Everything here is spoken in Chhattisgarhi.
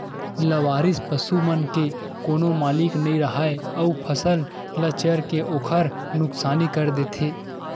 लवारिस पसू मन के कोनो मालिक नइ राहय अउ फसल ल चर के ओखर नुकसानी कर देथे